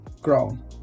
ground